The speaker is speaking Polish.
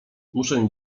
muszę